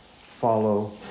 follow